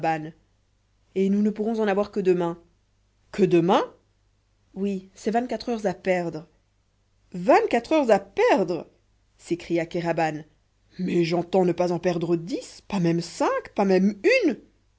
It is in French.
et nous ne pourrons en avoir que demain que demain oui c'est vingt-quatre heures à perdre vingt-quatre heures à perdre s'écria kéraban mais j'entends ne pas en perdre dix pas même cinq pas même une